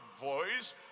voice